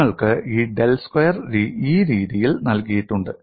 നിങ്ങൾക്ക് ഈ del square ഈ രീതിയിൽ നൽകിയിട്ടുണ്ട്